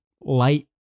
light